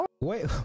Wait